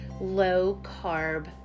low-carb